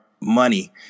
money